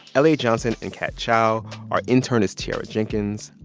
l a. johnson and kat chow. our intern is tiara jenkins.